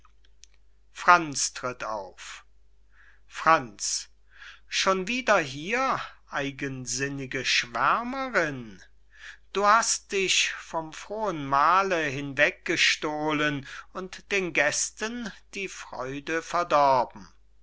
franz tritt auf franz schon wieder hier eigensinnige schwärmerinn du hast dich vom frohen mahle hinweggestohlen und den gästen die freude verdorben